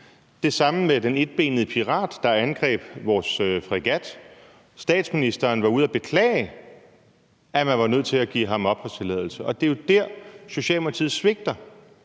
Det samme gælder for den etbenede pirat, der angreb vores fregat. Statsministeren var ude at beklage, at man var nødt til at give ham opholdstilladelse, og det er jo der, Socialdemokratiet svigter,